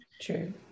True